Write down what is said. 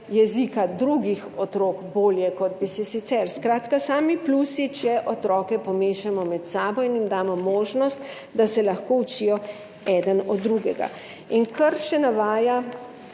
jezika drugih otrok bolje, kot bi se sicer. Skratka, sami plusi, če otroke pomešamo med sabo in jim damo možnost, da se lahko učijo eden od drugega. In kar še navaja